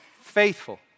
faithful